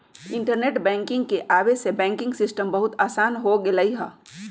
internet banking के आवे से बैंकिंग सिस्टम बहुत आसान हो गेलई ह